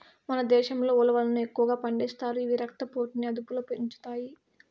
మన దేశంలో ఉలవలను ఎక్కువగా పండిస్తారు, ఇవి రక్త పోటుని అదుపులో ఉంచుతాయి